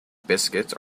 biscuits